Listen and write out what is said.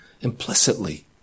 implicitly